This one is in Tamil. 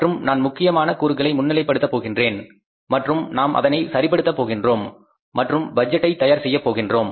மற்றும் நான் முக்கியமான கூறுகளை முன்னிலைப்படுத்த போகின்றேன் மற்றும் நாம் அதனை சரிப்படுத்த போகின்றோம் மற்றும் பட்ஜெட்டை தயார் செய்யப் போகின்றோம்